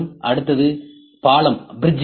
அடுத்தது பாலம் வகை